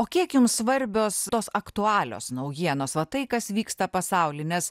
o kiek jums svarbios tos aktualios naujienos va tai kas vyksta pasauly nes